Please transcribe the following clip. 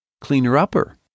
cleaner-upper